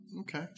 Okay